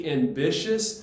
ambitious